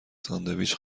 ساندویچ